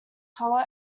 colour